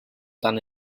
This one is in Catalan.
tant